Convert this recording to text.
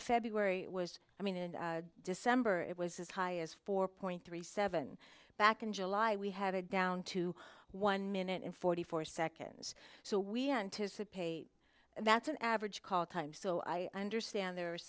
february it was i mean in december it was as high as four point three seven back in july we had it down to one minute and forty four seconds so we anticipate that's an average call time so i understand there